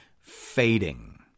fading